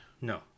No